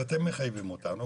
ואתם מחייבים אותנו.